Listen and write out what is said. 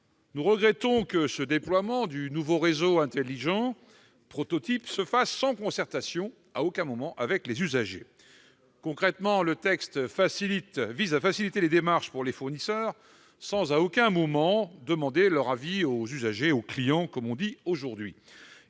Nous regrettons que ce déploiement du nouveau réseau intelligent prototype se fasse sans concertation, à aucun moment, avec les usagers. Concrètement, le texte vise à faciliter les démarches pour les fournisseurs sans jamais demander leur avis aux usagers, aux « clients » comme on dit aujourd'hui.